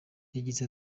yagize